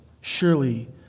surely